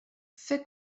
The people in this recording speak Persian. فکر